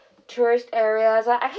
tourist areas uh actual~